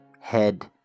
Head